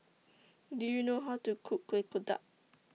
Do YOU know How to Cook Kueh Kodok